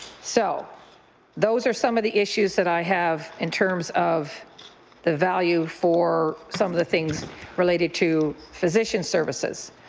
so those are some of the issues that i have in terms of the value value for some of the things related to physician services.